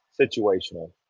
situational